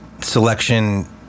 Selection